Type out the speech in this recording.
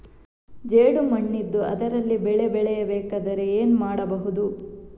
ಜೇಡು ಮಣ್ಣಿದ್ದು ಅದರಲ್ಲಿ ಬೆಳೆ ಬೆಳೆಯಬೇಕಾದರೆ ಏನು ಮಾಡ್ಬಹುದು?